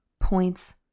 points